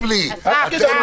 תקשיב, לי -- מה זה להפריע.